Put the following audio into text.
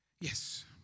Yes